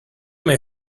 may